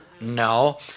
No